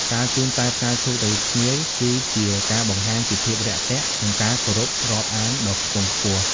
ការជូនតែផ្កាឈូកទៅភ្ញៀវគឺជាការបង្ហាញពីភាពរាក់ទាក់ និងការគោរពរាប់អានដ៏ខ្ពង់ខ្ពស់។